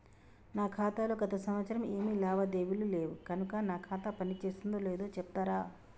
నా ఖాతా లో గత సంవత్సరం ఏమి లావాదేవీలు లేవు కనుక నా ఖాతా పని చేస్తుందో లేదో చెప్తరా?